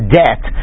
debt